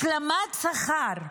השלמת שכר.